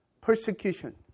persecution